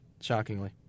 Shockingly